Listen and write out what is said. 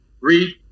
Read